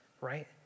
right